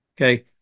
Okay